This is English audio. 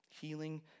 healing